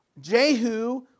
Jehu